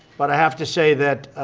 but i have to say that